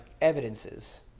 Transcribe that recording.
evidences